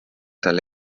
tal